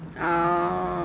oh